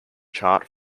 chart